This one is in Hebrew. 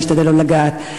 אני אשתדל לא לגעת.